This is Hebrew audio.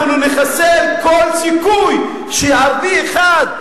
אנחנו נחסל כל סיכוי שערבי אחד,